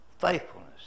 Faithfulness